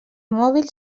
mòbil